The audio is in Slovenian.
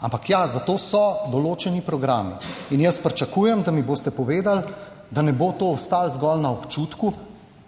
Ampak ja, za to so določeni programi. Pričakujem, da mi boste povedali, da ne bo to ostalo zgolj na občutku,